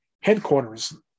Headquarters